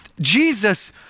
Jesus